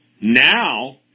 Now